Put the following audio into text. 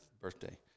birthday